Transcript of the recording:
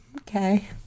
Okay